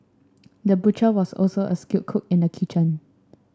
the butcher was also a skilled cook in the kitchen